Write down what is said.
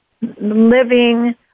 living